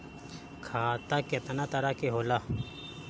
खाता केतना तरह के होला?